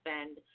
spend